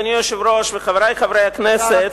אדוני היושב-ראש וחברי חברי הכנסת,